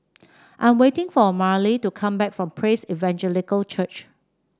I'm waiting for Marely to come back from Praise Evangelical Church